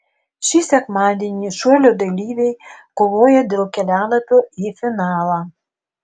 šį sekmadienį šuolio dalyviai kovoja dėl kelialapio į finalą